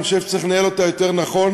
אני חושב שצריך לנהל אותה יותר נכון,